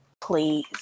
please